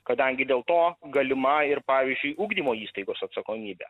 kadangi dėl to galimai ir pavyzdžiui ugdymo įstaigos atsakomybė